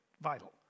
vital